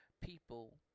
people